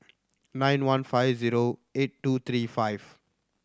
nine one five zero eight two three five